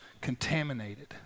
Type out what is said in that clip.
contaminated